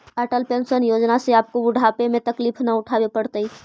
Atal pension योजना से आपको बुढ़ापे में तकलीफ न उठावे पड़तई